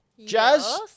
Jazz